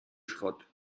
schrott